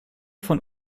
von